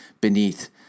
beneath